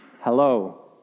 hello